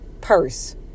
purse